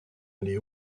lee